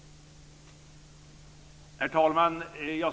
Herr talman!